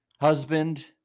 husband